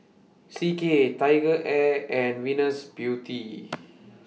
C K TigerAir and Venus Beauty